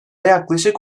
yaklaşık